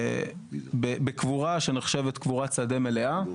בקבורה שנחשבת קבורת שדה מלאה,